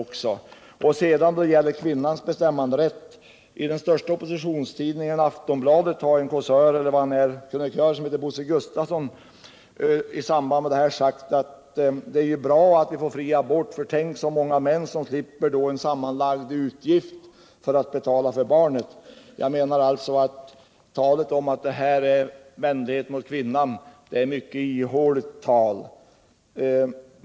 Beträffande kvinnans bestämmanderätt har en krönikör i den största oppositionstidningen, Aftonbladet, vid namn Bosse Gustafson, skrivit att det är bra att vi får fri abort, för tänk så många män som då slipper en sammanlagd utgift för barnbidrag. Talet om den här vänligheten mot kvinnan är ett mycket ihåligt tal.